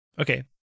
Okay